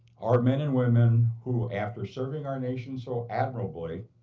our men and women, who after serving our nation so admirably,